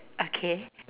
okay